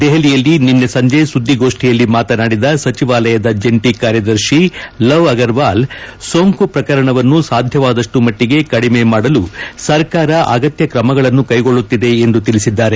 ದೆಹಲಿಯಲ್ಲಿ ನಿನೈ ಸಂಜೆ ಸುಧಿಗೋಷ್ನಿಯಲ್ಲಿ ಮಾತನಾಡಿದ ಸಚಿವಾಲಯದ ಜಂಟಿ ಕಾರ್ಯದರ್ತಿ ಲವ್ಅಗರ್ವಾಲ್ ಸೋಂಕು ಪ್ರಸರಣವನ್ನು ಸಾಧ್ಯವಾದಷ್ಟೂ ಮಟ್ಟಿಗೆ ಕಡಿಮೆ ಮಾಡಲು ಸರ್ಕಾರ ಅಗತ್ಯ ಕ್ರಮಗಳನ್ನು ಕೈಗೊಳ್ಳುತ್ತಿದೆ ಎಂದು ತಿಳಿಸಿದ್ದಾರೆ